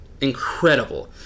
incredible